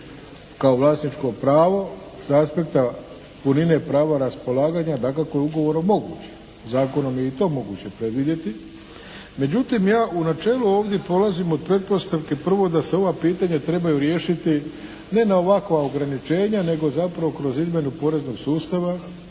kao vlasničko pravo sa aspekta punine prava raspolaganja dakako je ugovorom moguće, zakonom je i to moguće predvidjeti. Međutim ja u načelu ovdje polazim od pretpostavke prvo da se ova pitanja trebaju riješiti ne na ovakva ograničenja nego zapravo kroz izmjenu poreznog sustava